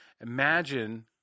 Imagine